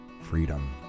freedom